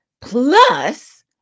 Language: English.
plus